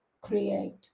create